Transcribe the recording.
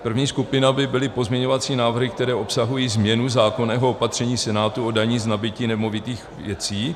První skupina by byly pozměňovací návrhy, které obsahují změnu zákonného opatření Senátu o dani z nabytí nemovitých věcí.